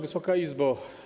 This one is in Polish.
Wysoka Izbo!